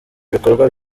bikorwa